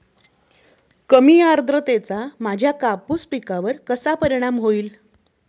कमी आर्द्रतेचा माझ्या कापूस पिकावर कसा परिणाम होईल?